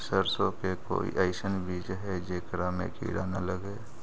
सरसों के कोई एइसन बिज है जेकरा में किड़ा न लगे?